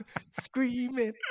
screaming